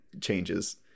changes